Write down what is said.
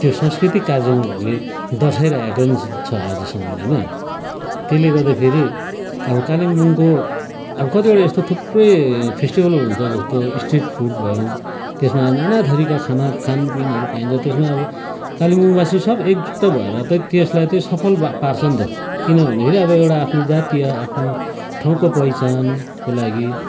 त्यो सांस्कृतिक कार्यक्रमहरूले दर्साइरहेको नि छ आजसम्म होइन त्यसले गर्दाखेरि अब कालिम्पोङको अब कतिवटा यस्तो थुप्रै फेस्टिबलहरू हुन्छ जस्तो स्ट्रिट फुड भयो त्यसमा नाना थरीका खाना खानपिनहरू पाइन्छ त्यसमा अब कालिम्पोङबासी सब एकजुट भएर चाहिँ त्यसलाई चाहिँ सफल पार्छन् नि त किनभनेखेरि अब एउटा आफ्नो जातीय आफ्नो ठाउँको पहिचानको लागि